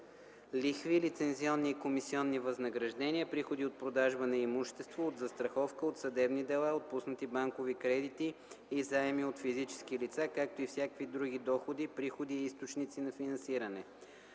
лихви, лицензионни и комисионни възнаграждения, приходи от продажба на имущество, от застраховка, от съдебни дела, отпуснати банкови кредити и заеми от физически лица, както и всякакви други доходи, приходи и източници на финансиране.